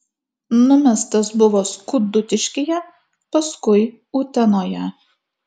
numestas buvo skudutiškyje paskui utenoje